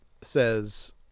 says